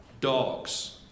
dogs